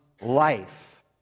life